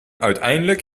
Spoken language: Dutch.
uiteindelijk